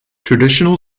traditional